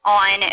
on